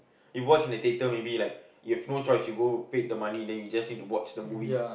you watch in the theater maybe you like you have no choice you go paid the money then you just need to watch the movie